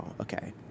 Okay